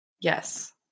Yes